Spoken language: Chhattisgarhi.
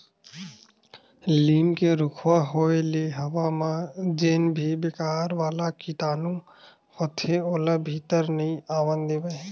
लीम के रूखवा होय ले हवा म जेन भी बेकार वाला कीटानु होथे ओला भीतरी नइ आवन देवय